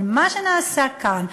אבל מה שנעשה כאן,